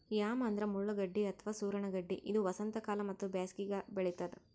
yam ಅಂದ್ರ ಮುಳ್ಳಗಡ್ಡಿ ಅಥವಾ ಸೂರಣ ಗಡ್ಡಿ ಇದು ವಸಂತಕಾಲ ಮತ್ತ್ ಬ್ಯಾಸಿಗ್ಯಾಗ್ ಬೆಳಿತದ್